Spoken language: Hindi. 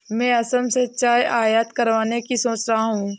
मैं असम से चाय आयात करवाने की सोच रहा हूं